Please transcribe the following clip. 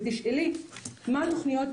ותשאלי מהן התוכניות